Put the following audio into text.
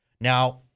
Now